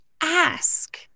ask